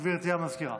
גברתי סגנית המזכירה.